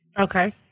Okay